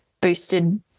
boosted